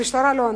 המשטרה לא ענתה.